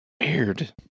aired